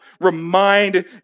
remind